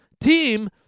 team